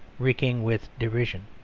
reeking with derision.